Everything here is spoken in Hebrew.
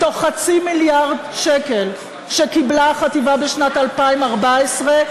מתוך חצי מיליארד שקל שקיבלה החטיבה בשנת 2014,